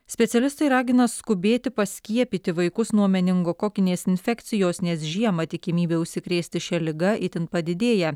specialistai ragina skubėti paskiepyti vaikus nuo meningokokinės infekcijos nes žiemą tikimybė užsikrėsti šia liga itin padidėja